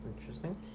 Interesting